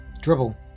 dribble